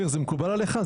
אופיר, זה מקובל עליך?